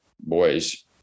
boys